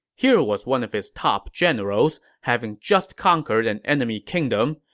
here was one of his top generals, having just conquered an enemy kingdom,